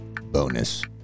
Bonus